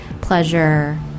pleasure